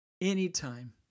Anytime